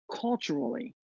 culturally